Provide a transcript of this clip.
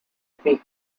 fija